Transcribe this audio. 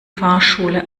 fahrschule